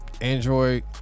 Android